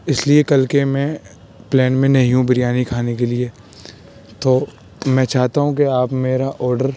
اس لیے کل کے میں پلین میں نہیں ہوں بریانی کھانے کے لیے تو میں چاہتا ہوں کہ آپ میرا آڈر